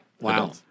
Wow